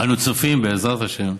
אנו צופים, בעזרת השם,